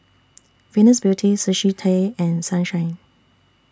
Venus Beauty Sushi Tei and Sunshine